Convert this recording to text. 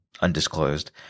undisclosed